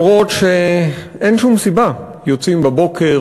גם אם אין שום סיבה: יוצאים בבוקר,